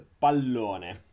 pallone